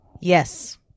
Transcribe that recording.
Yes